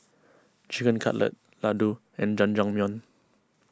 Chicken Cutlet Ladoo and Jajangmyeon